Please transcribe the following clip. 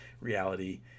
reality